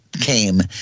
came